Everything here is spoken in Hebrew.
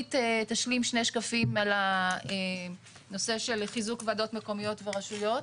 אורית תשלים שני שקפים על הנושא של חיזוק ועדות מקומיות ורשויות.